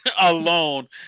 alone